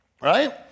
right